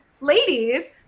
ladies